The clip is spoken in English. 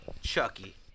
chucky